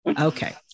okay